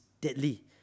deadly